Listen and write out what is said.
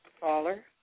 Caller